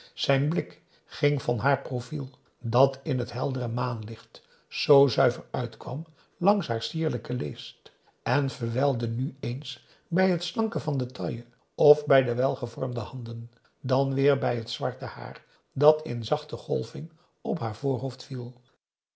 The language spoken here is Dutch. zijn blik ging van haar profiel dat in het heldere maanlicht zoo zuiver uitkwam langs haar sierlijke leest en verwijlde nu eens bij t slanke van de taille of hij de welgevormde handen dan weer bij het zwarte haar dat in zachte golving op haar voorhoofd viel